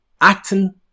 acting